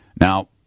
Now